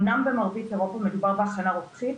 אמנם במרבית אירופה מדובר בהכנה רוקחית,